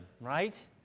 right